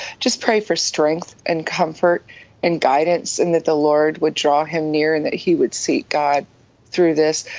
just pray for strength and comfort and guidance, and that the lord would draw him near, and that he would seek god through this.